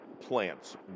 plants